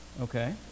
Okay